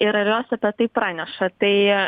ir ar jos apie tai praneša tai